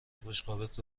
بشقابت